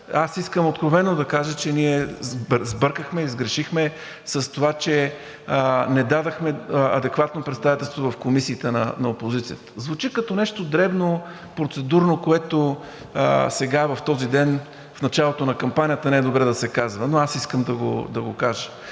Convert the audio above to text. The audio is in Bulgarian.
Аз искам откровено да кажа, че ние сбъркахме, сгрешихме с това, че не дадохме адекватно представителство в комисиите на опозицията. Звучи като нещо дребно, процедурно, което сега в този ден, в началото на кампанията не е добре да се казва, но аз искам да го кажа.